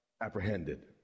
apprehended